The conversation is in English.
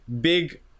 big